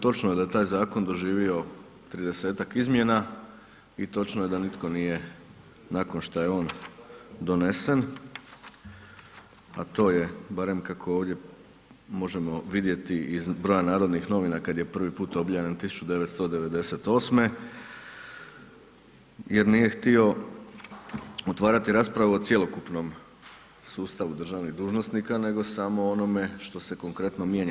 Točno je da je taj zakon doživio 30-tak izmjena i točno je da nitko nije, nakon što je o on donesen, a to je barem kako ovdje možemo vidjeti iz broja Narodnih novina, kada je prvi put objavljen 1998. jer nije htio otvarati raspravu o cjelokupnom sustavu državnih dužnosnika, nego samo o onome što se konkretno mijenja.